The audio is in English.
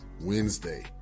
Wednesday